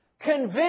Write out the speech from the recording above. convince